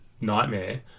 nightmare